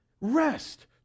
Rest